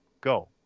Go